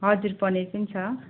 हजुर पनिर पनि छ